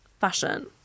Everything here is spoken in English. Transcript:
fashion